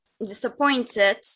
disappointed